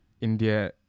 india